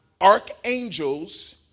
archangels